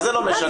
מה זה לא משנה?